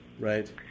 Right